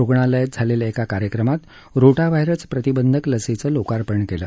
रुग्णालयात झालेल्या एका कार्यक्रमात रोटाव्हायरस प्रतिबंधक लसीचं लोकार्पण केलं